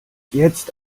jetzt